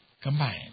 Combined